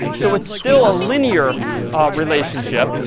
so it's still a linear relationship.